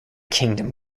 kingdom